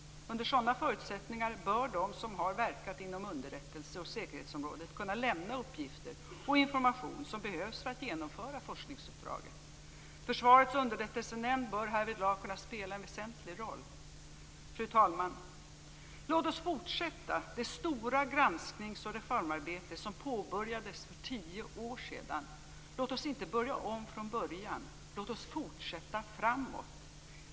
Under sådana förutsättningar bör de som har verkat inom underrättelse och säkerhetsområdet kunna lämna uppgifter och information som behövs för att genomföra forskningsuppdraget. Försvarets underrättelsenämnd bör härvidlag kunna spela en väsentlig roll. Fru talman! Låt oss fortsätta det stora gransknings och reformarbete som påbörjades för tio år sedan. Låt oss inte börja om från början, utan låt oss fortsätta framåt!